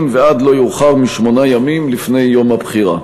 ועד לא יאוחר משמונה ימים לפני יום הבחירה.